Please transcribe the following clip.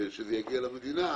רוצה שזה יגיע למדינה,